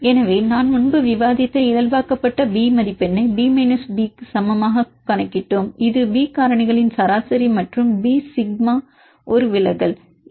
எனவே நான் முன்பு விவாதித்த இயல்பாக்கப்பட்ட பி மதிப்பெண்ணை பி மைனஸ் பி க்கு சமமாகக் கணக்கிட்டோம் இது இந்த பி காரணிகளின் சராசரி மற்றும் பி சிக்மா ஒரு விலகல் Bnorm B BmeanBsigma